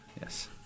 yes